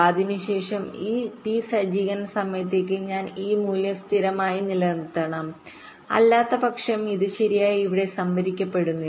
അതിനുശേഷം ഈ ടി സജ്ജീകരണ സമയത്തേക്ക് ഞാൻ ഈ മൂല്യം സ്ഥിരമായി നിലനിർത്തണം അല്ലാത്തപക്ഷം ഇത് ശരിയായി ഇവിടെ സംഭരിക്കപ്പെടുന്നില്ല